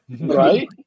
right